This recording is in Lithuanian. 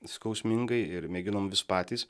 skausmingai ir mėginom vis patys